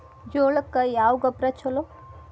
ಜೋಳಕ್ಕ ಯಾವ ಗೊಬ್ಬರ ಛಲೋ?